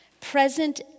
present